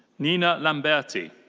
nina lamberti.